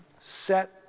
set